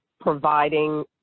providing